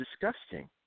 disgusting